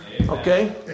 Okay